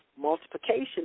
multiplication